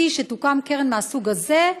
סי שתוקם קרן מהסוג הזה,